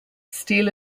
steal